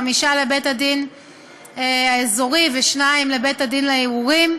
חמישה לבית-הדין האזורי ושניים לבית-הדין לערעורים.